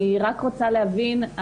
אני רק רוצה להבין,